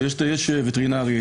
יש וטרינרית,